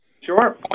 Sure